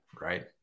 Right